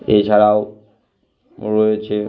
এছাড়াও রয়েছে